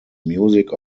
music